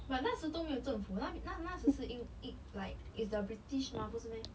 but 那时都没有那那只是英英 like is the british 吗不是 meh